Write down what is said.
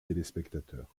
téléspectateurs